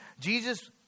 Jesus